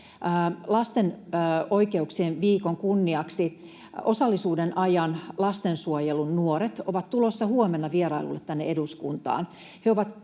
Lapsen oikeuksien viikon kunniaksi Osallisuuden ajasta lastensuojelun nuoret ovat tulossa huomenna vierailulle tänne eduskuntaan.